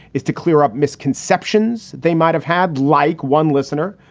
is to clear up misconceptions they might have had, like one listener,